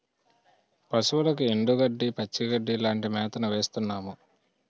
పశువులకు ఎండుగడ్డి, పచ్చిగడ్డీ లాంటి మేతను వేస్తున్నాము